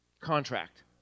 contract